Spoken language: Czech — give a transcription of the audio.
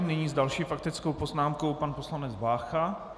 Nyní s další faktickou poznámkou pan poslanec Vácha.